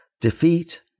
defeat